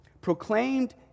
Proclaimed